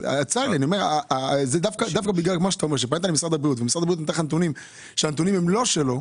אבל הבעיה זה שמשרד הבריאות מסתמך על נתונים שהם לא שלו.